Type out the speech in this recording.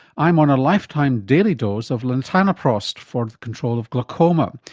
i am on a lifetime daily dose of latanoprost for the control of glaucoma.